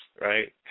right